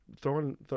throwing